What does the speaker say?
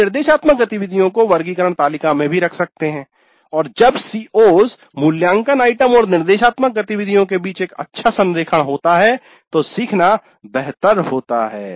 हम निर्देशात्मक गतिविधियों को वर्गीकरण तालिका में भी रख सकते हैं और जब CO's मूल्यांकन आइटम और निर्देशात्मक गतिविधियों के बीच एक अच्छा संरेखण होता है तो सीखना बेहतर होता है